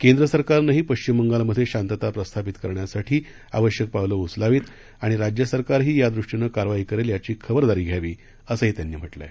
केंद्र सरकारनंही पश्चिम बंगालमधे शांतता प्रस्थापित करण्यासाठी आवश्यक पावलं उचलावित आणि राज्य सरकारही यादृष्टीनं कारवाई करेल याची खबरदारी घ्यावी असंही त्यांनी म्हटलं आहे